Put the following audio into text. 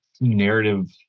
narrative